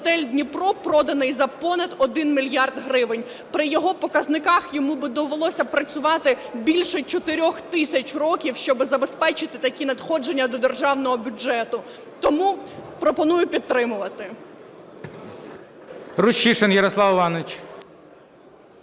Рущишин Ярослав Іванович.